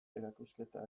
erakusketak